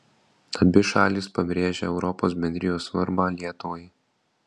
abi šalys pabrėžia europos bendrijos svarbą lietuvai